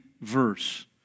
verse